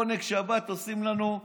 עונג שבת עושים לנו.